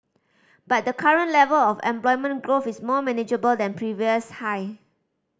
but the current level of employment growth is more manageable than previous high